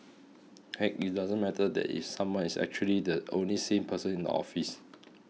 heck it doesn't matter that someone is actually the only sane person in the office